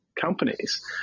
companies